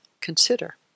Consider